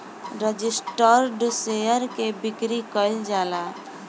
registered share के बिक्री कईल जाला